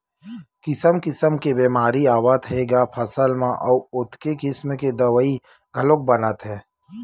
किसम किसम के बेमारी आवत हे ग फसल म अउ ओतके किसम के दवई घलोक बनत हे